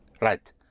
Right